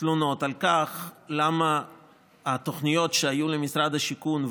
תלונות על כך: למה את התוכניות שהיו למשרד השיכון,